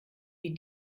wie